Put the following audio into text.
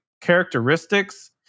characteristics